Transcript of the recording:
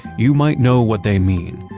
you might know what they mean,